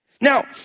Now